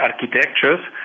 architectures